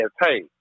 hey